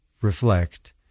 reflect